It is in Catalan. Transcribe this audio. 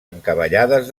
encavallades